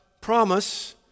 promise